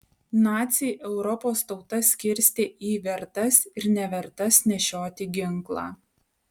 naciai europos tautas skirstė į vertas ir nevertas nešioti ginklą